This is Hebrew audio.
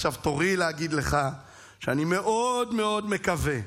עכשיו תורי להגיד לך שאני מאוד מאוד מקווה,